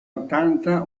ottanta